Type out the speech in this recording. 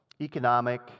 economic